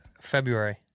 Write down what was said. February